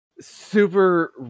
super